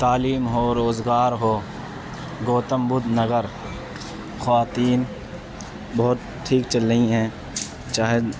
تعلیم ہو روزگار ہو گوتم بدھ نگر خواتین بہت ٹھیک چل رہی ہیں چاہے